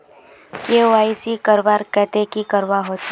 KYC करवार केते की करवा होचए?